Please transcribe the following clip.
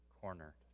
cornered